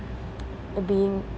being